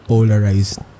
Polarized